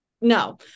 no